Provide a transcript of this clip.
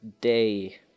day